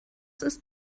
ist